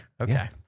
Okay